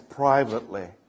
privately